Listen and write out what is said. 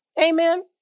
Amen